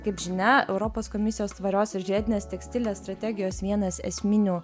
kaip žinia europos komisijos tvarios ir žiedinės tekstilės strategijos vienas esminių